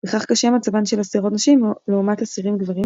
בכך קשה מצבן של אסירות נשים לעומת אסירים גברים,